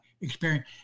experience